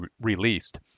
released